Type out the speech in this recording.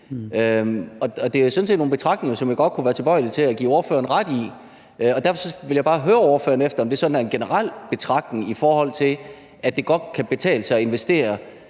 Det er jo sådan set nogle betragtninger, som jeg godt kunne være tilbøjelig til at give ordføreren ret i. Derfor vil jeg bare høre ordføreren, om det er sådan en generel betragtning, i forhold til at det godt kan betale sig at investere